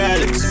Alex